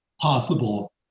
possible